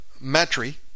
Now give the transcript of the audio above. Matri